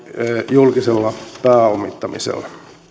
julkisella pääomittamisella